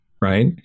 right